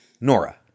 Nora